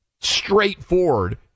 straightforward